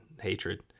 hatred